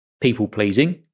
people-pleasing